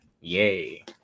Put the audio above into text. yay